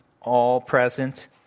all-present